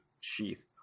sheath